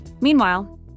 Meanwhile